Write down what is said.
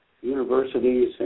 universities